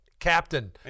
captain